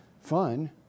fun